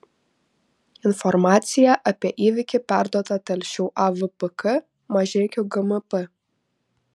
informacija apie įvykį perduota telšių avpk mažeikių gmp